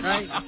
Right